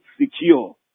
secure